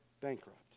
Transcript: bankrupt